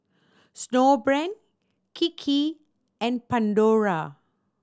Snowbrand Kiki and Pandora